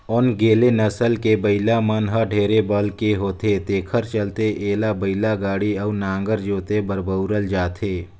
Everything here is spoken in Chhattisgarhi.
ओन्गेले नसल के बइला मन में ढेरे बल होथे तेखर चलते एला बइलागाड़ी अउ नांगर जोते बर बउरल जाथे